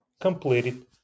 completed